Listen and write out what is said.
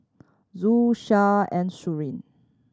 Zul Shah and Suria